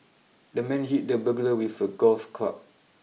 the man hit the burglar with a golf club